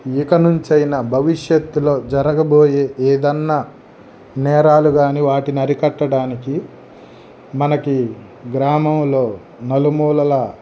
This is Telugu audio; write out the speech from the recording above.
ఇకనుంచైన భవిష్యత్తులో జరగబోయే ఏదన్న నేరాలు గాని వాటిని అరికట్టడానికి మనకి గ్రామంలో నలుమూలలా